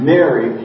Mary